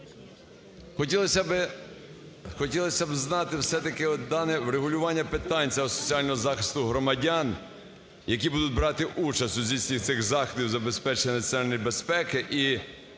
хотілося б знати все-таки от дане врегулювання питань цього соціального захисту громадян, які будуть брати участь у здійсненні цих заходів з забезпечення національної безпеки,